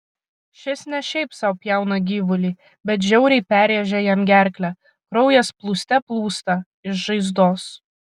šis ne šiaip sau pjauna gyvulį bet žiauriai perrėžia jam gerklę kraujas plūste plūsta iš žaizdos